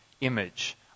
image